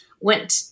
went